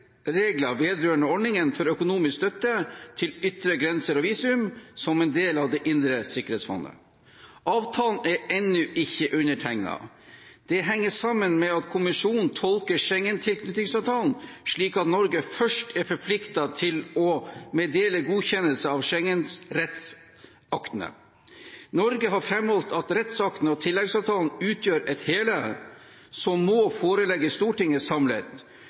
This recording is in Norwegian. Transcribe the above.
tilleggsregler vedrørende ordningen for økonomisk støtte til ytre grenser og visum som en del av det indre sikkerhetsfondet. Avtalen er ennå ikke undertegnet. Det henger sammen med at kommisjonen tolker Schengen-tilknytningsavtalen slik at Norge først er forpliktet til å meddele godkjennelse av Schengen-rettsaktene. Norge har framholdt at rettsaktene og tilleggsavtalen utgjør et hele som må forelegges Stortinget samlet.